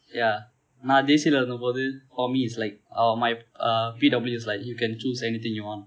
ya நான்:naan J_C இருந்த போது:irunthapothu for me is like uh my uh P_W is like you can choose anything you want